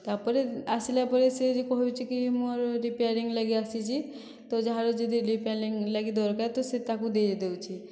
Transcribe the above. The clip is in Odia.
ତା ପରେ ଆସିଲା ପରେ ସିଏ କହୁଚି କି ମୋର ରିପେଆରିଂ ଲାଗି ଆସିଛି ତ ଯାହାର ଯଦି ରିପେଆରିଂ ଲାଗି ଦରକାର ସେ ତାକୁ ଦେଇ ଦେଉଛି